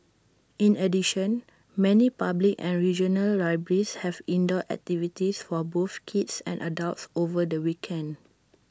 in addition many public and regional libraries have indoor activities for both kids and adults over the weekend